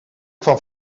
kwam